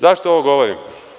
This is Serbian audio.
Zašto ovo govorim?